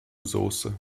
soße